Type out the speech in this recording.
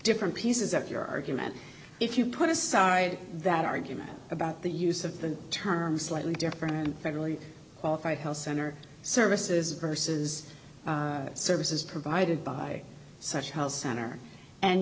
different pieces of your argument if you put aside that argument about the use of the term slightly different federally qualified health center services versus services provided by such health center and